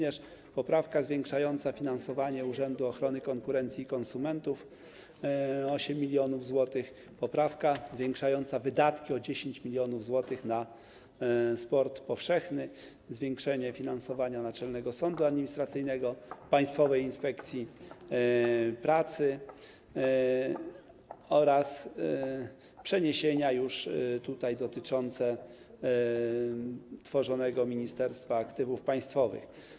Jest także poprawka zwiększająca finansowanie Urzędu Ochrony Konkurencji i Konsumentów o 8 mln zł, poprawka zwiększająca o 10 mln zł wydatki na sport powszechny, zwiększenie finansowania Naczelnego Sądu Administracyjnego, Państwowej Inspekcji Pracy oraz są przeniesienia dotyczące tworzonego Ministerstwa Aktywów Państwowych.